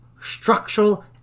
structural